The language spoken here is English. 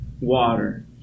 water